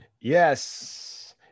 Yes